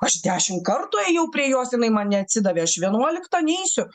aš dešim kartų ėjau prie jos jinai man neatsidarė iš vienuoliktą neisiu